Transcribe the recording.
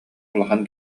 улахан